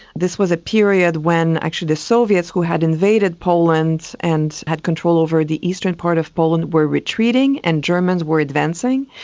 this was a period when actually the soviets who had invaded poland and had control over the eastern part of poland were retreating and germans were advancing.